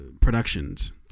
productions